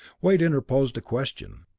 wade interposed a question.